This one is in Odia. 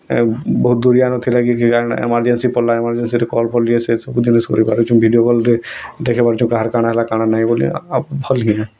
ଏ ବହୁତ ଦୂରିଆ ନ ଥିଲା କି କାରଣ ଏମର୍ଜେନ୍ସି ପଡ଼ିଲା ଏମର୍ଜେନ୍ସିରେ କଲ୍ଫଲ୍ ଇଏ ସିଏ ସବୁ ଜିନିଷଗୁଡ଼ିକ ହେଉଛି ଭିଡ଼ିଓ କଲ୍ରେ ଦେଖିପାରୁଛୁ କାହାର କ'ଣ ହେଲା କ'ଣ ନାଇଁ ବୋଲିଆ ଭଲ୍ କିହେ